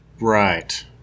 Right